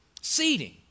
Seating